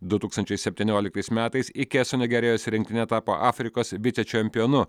du tūkstančiai septynioliktais metais ikea su nigerijos rinktine tapo afrikos vicečempionu